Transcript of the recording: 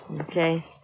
Okay